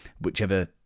whichever